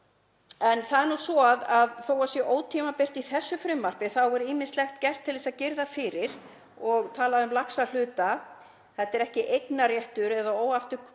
En það er nú svo að þó að það sé ótímabundið í þessu frumvarpi þá er ýmislegt gert til þess að girða fyrir og það er talað um laxahluta, þetta er ekki eignarréttur eða óafturkallanlegt